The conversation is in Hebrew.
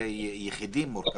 הליכי יחידים מורכבים,